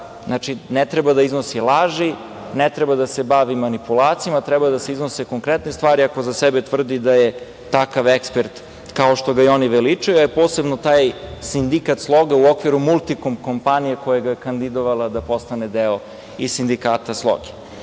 Znači, ne treba da iznosi laži, ne treba da se bavi manipulacijama, treba da se iznose konkretne stvari, ako za sebe tvrdi da je takav ekspert kao što ga i oni veličaju. Posebno taj sindikat „Sloga“ u okviru „Multikom“ kompanije koja ga ja kandidovala da postane deo i sindikata